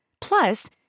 Plus